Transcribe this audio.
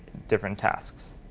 different tasks.